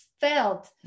felt